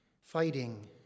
fighting